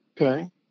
Okay